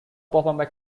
performed